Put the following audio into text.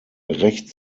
recht